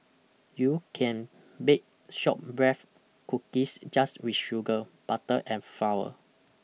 you can bake shortbreads cookies just with sugar butter and flour